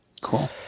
Cool